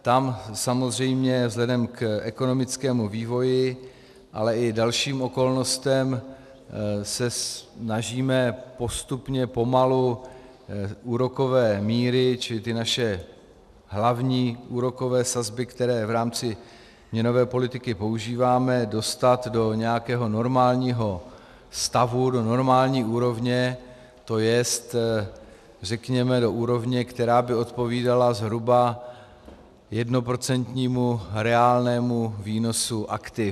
Tam se samozřejmě vzhledem k ekonomickému vývoji, ale i dalším okolnostem snažíme postupně, pomalu úrokové míry, či ty naše hlavní úrokové sazby, které v rámci měnové politiky používáme, dostat do nějakého normálního stavu, do normální úrovně, tj. řekněme do úrovně, která by odpovídala zhruba jednoprocentnímu reálnému výnosu aktiv.